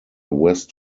west